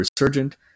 resurgent